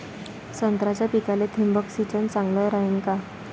संत्र्याच्या पिकाले थिंबक सिंचन चांगलं रायीन का?